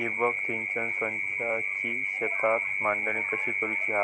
ठिबक सिंचन संचाची शेतात मांडणी कशी करुची हा?